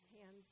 hands